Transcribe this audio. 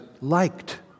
liked